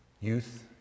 Youth